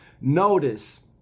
Notice